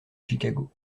chicago